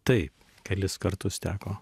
taip kelis kartus teko